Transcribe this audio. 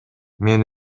мен